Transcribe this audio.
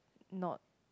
not